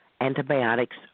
antibiotics